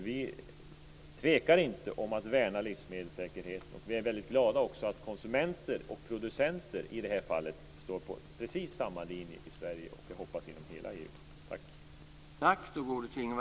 Vi tvekar inte att värna livsmedelssäkerhet. Vi är glada att konsumenter och producenter står på precis samma linje i Sverige och, jag hoppas, inom hela EU.